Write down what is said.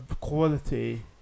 quality